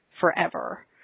forever